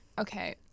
Okay